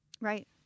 right